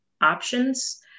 options